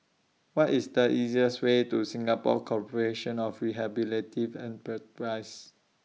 What IS The easiest Way to Singapore Corporation of